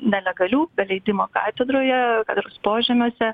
nelegalių be leidimo katedroje katedros požemiuose